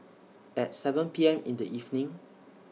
At seven P M in The evening